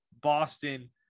Boston